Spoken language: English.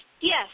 yes